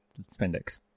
spandex